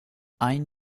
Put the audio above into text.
ein